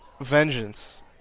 Vengeance